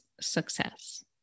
success